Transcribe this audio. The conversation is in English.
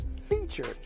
featured